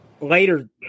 later